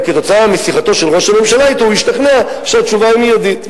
וכתוצאה משיחתו של ראש הממשלה אתו הוא השתכנע שהתשובה היא מיידית.